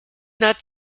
not